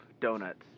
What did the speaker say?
donuts